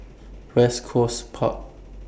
West Coast Park